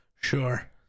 sure